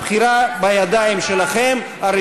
אבל האשמת אותנו, כבוד היושב-ראש.